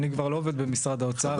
אני כבר לא עובד במשרד האוצר,